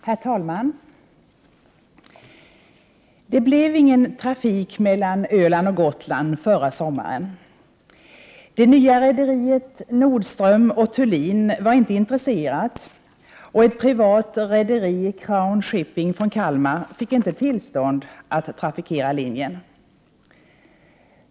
Herr talman! Det blev ingen trafik mellan Öland och Gotland förra sommaren. Det nya rederiet Nordström & Thulin var inte intresserat, och ett privat rederi, Crown Shipping från Kalmar, fick inte tillstånd att trafikera linjen.